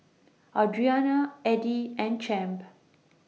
Audriana Eddy and Champ